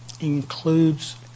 includes